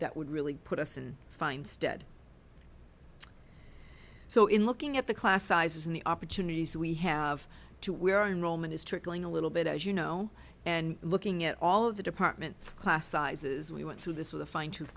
that would really put us in fine stead so in looking at the class sizes and the opportunities we have to wear on roman is trickling a little bit as you know and looking at all of the departments class sizes we went through this with a fine tooth